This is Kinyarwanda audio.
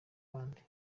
bandi